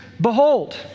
behold